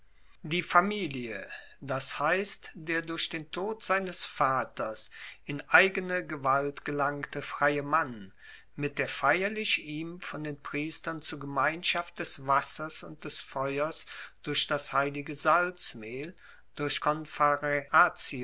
die familie das heisst der durch den tod seines vaters in eigene gewalt gelangte freie mann mit der feierlich ihm von den priestern zu gemeinschaft des wassers und des feuers durch das heilige salzmehl durch